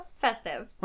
festive